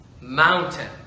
mountain